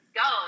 go